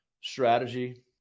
strategy